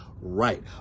right